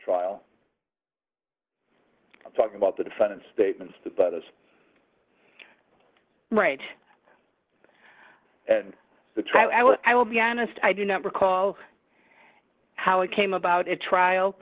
trial talking about the defendant's statements about us right in the trial i will be honest i do not recall how it came about at trial